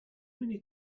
many